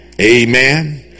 amen